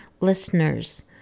listeners